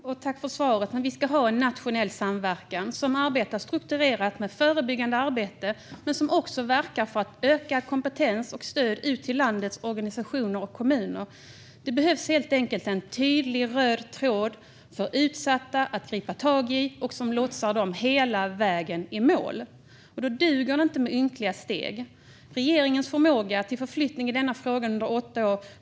Fru talman! Tack för svaret! Men vi ska ha en nationell samverkan som arbetar strukturerat med förebyggande arbete men som också verkar för att öka kompetens och stöd ut till landets organisationer och kommuner. Det behövs helt enkelt en tydlig röd tråd för utsatta att gripa tag i som lotsar dem hela vägen i mål. Då duger det inte med ynkliga steg. Jag måste påstå att regeringen har varit slö när det gäller förmågan till förflyttning i denna fråga under åtta år.